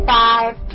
five